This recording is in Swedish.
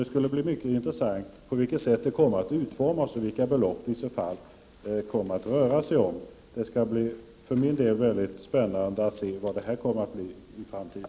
Det skulle vara intressant att få veta hur det skall utformas och vilka belopp som det skulle röra sig om. För min del tycker jag att det blir spännande att se vad det blir av det hela i framtiden.